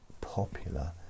popular